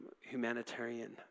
humanitarian